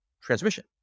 transmission